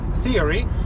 theory